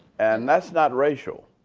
and that's not racial.